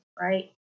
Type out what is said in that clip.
right